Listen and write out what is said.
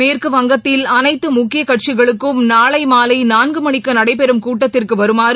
மேற்குவங்கத்தில் அனைத்து முக்கிய கட்சிகளுக்கும் நாளை மாலை நான்கு மணிக்கு நடைபெறும் கூட்டத்திற்கு வருமாறு